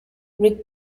rick